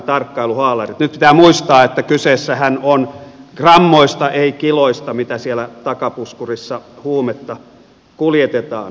nyt pitää muistaa että kysehän on grammoista ei kiloista mitä siellä takapuskurissa tai mahassa huumetta kuljetetaan